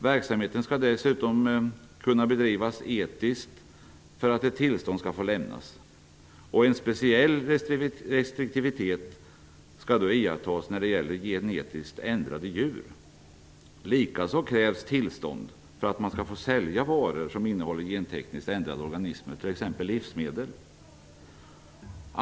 Verksamheten skall dessutom bedrivas etiskt för att ett tillstånd skall få lämnas. En speciell restriktivitet skall iakttas när det gäller gentekniskt ändrade djur. Likaså krävs tillstånd för att man skall få sälja varor som innehåller gentekniskt ändrade organismer, t.ex. vissa livsmedel.